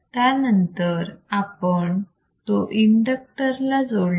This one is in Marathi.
त्यानंतर आपण तो इंडक्टर ला जोडला